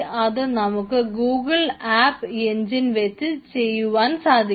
അത് നമുക്ക് Google app engine വച്ച് ചെയ്യുവാൻ സാധിക്കും